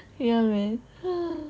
ya man !hais!